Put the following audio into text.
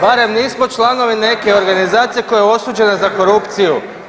Barem nismo članovi neke organizacije koja je osuđena za korupciju.